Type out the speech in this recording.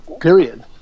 period